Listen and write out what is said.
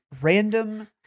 random